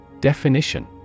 Definition